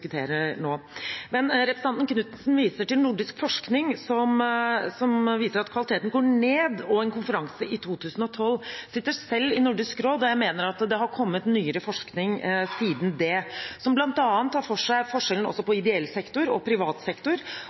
diskuterer nå. Representanten Knutsen viser til nordisk forskning som viser at kvaliteten går ned, og en konferanse i 2012. Jeg sitter selv i Nordisk råd, og jeg mener det har kommet nyere forskning siden det, som bl.a. tar for seg forskjellen mellom ideell sektor og privat sektor,